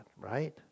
Right